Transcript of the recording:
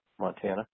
Montana